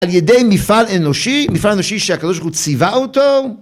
על-ידי מפעל אנושי, מפעל אנושי שהקדוש ברוך הוא ציווה אותו.